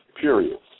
periods